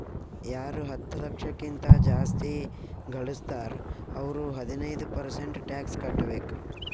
ಯಾರು ಹತ್ತ ಲಕ್ಷ ಕಿಂತಾ ಜಾಸ್ತಿ ಘಳುಸ್ತಾರ್ ಅವ್ರು ಹದಿನೈದ್ ಪರ್ಸೆಂಟ್ ಟ್ಯಾಕ್ಸ್ ಕಟ್ಟಬೇಕ್